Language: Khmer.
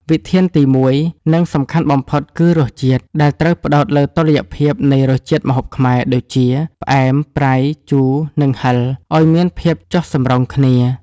វិធានទីមួយ និងសំខាន់បំផុតគឺ រសជាតិ ដែលត្រូវផ្ដោតលើតុល្យភាពនៃរសជាតិម្ហូបខ្មែរដូចជា ផ្អែម ប្រៃ ជូរ និងហឹរឱ្យមានភាពចុះសម្រុងគ្នា។